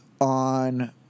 on